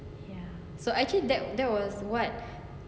ya so actually that that was what